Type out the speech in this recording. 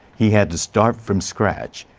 he had to start from scratch.